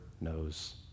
knows